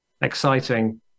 exciting